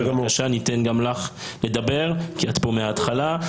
בבקשה, ניתן גם לך לדבר כי את פה מהתחלה.